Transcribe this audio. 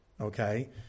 okay